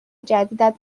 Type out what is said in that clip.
جدیدت